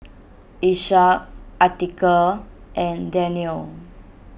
Ishak Atiqah and Daniel